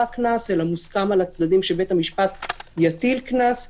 הקנס אלא מוסכם על הצדדים שבית המשפט יטיל קנס.